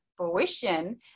fruition